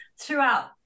throughout